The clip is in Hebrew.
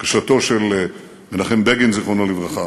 בקשתו של מנחם בגין, זיכרונו לברכה,